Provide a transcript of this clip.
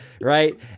right